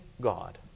God